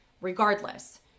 Regardless